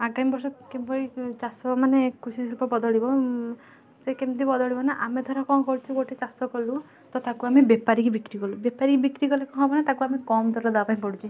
ଆଗାମୀ ବର୍ଷ କିଭଳି ଚାଷ ମାନେ କୃଷି ଶିଳ୍ପ ବଦଳିବ ସେ କେମିତି ବଦଳିବ ନା ଆମେ ଧର କ'ଣ କରୁଛୁ ଗୋଟେ ଚାଷ କଲୁ ତ ତାକୁ ଆମେ ବେପାରୀକି ବିକ୍ରି କଲୁ ବେପାରୀକି ବିକ୍ରି କଲେ କ'ଣ ହେବ ନା ତାକୁ ଆମେ କମ୍ ଦର ଦେବା ପାଇଁ ପଡ଼ୁଛି